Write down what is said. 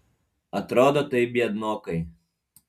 atrodo tai biednokai